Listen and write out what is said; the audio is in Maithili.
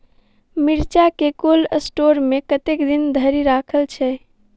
मिर्चा केँ कोल्ड स्टोर मे कतेक दिन धरि राखल छैय?